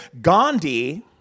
Gandhi